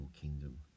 kingdom